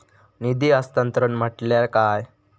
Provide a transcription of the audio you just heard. निधी हस्तांतरण म्हटल्या काय?